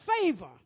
favor